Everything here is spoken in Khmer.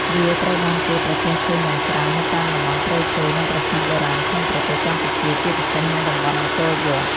វាត្រូវបានគេប្រទះឃើញយ៉ាងច្រើននៅតាមតំបន់ព្រៃឈើ និងប្រាសាទបុរាណក្នុងប្រទេសកម្ពុជា ជាពិសេសនៅតំបន់អង្គរវត្ត។